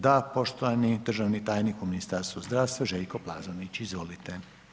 Da, poštovani državni tajnik u Ministarstvu zdravstva Željko Plazonić, izvolite.